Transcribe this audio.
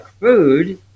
food